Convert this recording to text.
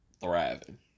thriving